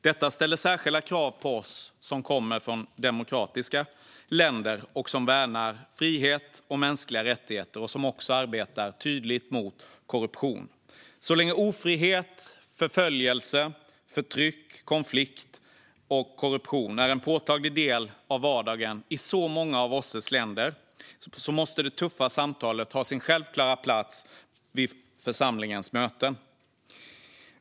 Detta ställer särskilda krav på oss som kommer från länder som är demokratiska, som värnar frihet och mänskliga rättigheter och som arbetar tydligt mot korruption. Så länge ofrihet, förföljelse, förtryck, konflikt och korruption är en påtaglig del av vardagen i många av OSSE:s medlemsländer måste det tuffa samtalet ha sin självklara plats vid församlingens möten.